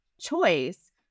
choice